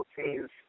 change